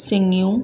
सिङियूं